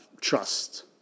trust